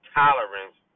tolerance